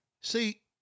See